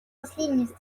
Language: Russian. последней